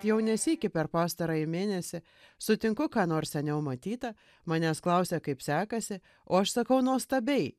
jau ne sykį per pastarąjį mėnesį sutinku ką nors seniau matytą manęs klausia kaip sekasi o aš sakau nuostabiai